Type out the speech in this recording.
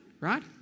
Right